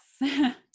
Yes